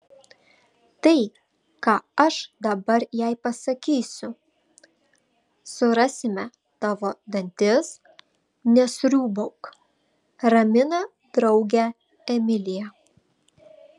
tai ką aš dabar jai pasakysiu surasime tavo dantis nesriūbauk ramina draugę emilija